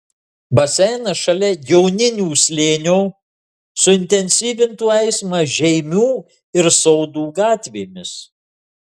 baseinas šalia joninių slėnio suintensyvintų eismą žeimių ir sodų gatvėmis